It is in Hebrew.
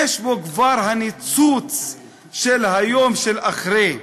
יש בו כבר הניצוץ של היום שאחרי: